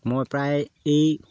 মই প্ৰায় এই